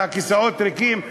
שהכיסאות שלה ריקים,